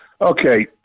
Okay